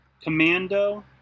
Commando